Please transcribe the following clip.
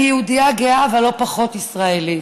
אני יהודייה גאה, אבל לא פחות, ישראלית.